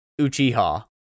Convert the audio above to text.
Uchiha